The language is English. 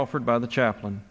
offered by the chaplain